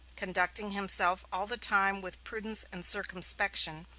conducting himself all the time with prudence and circumspection,